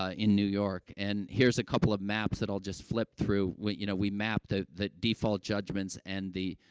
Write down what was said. ah in new york. and here's a couple of maps that i'll just flip through. we you know, we mapped the the default judgments and the,